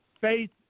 Faith